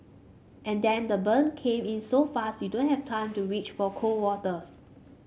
and then the burn came in so fast you don't have time to reach for cold waters